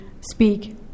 speak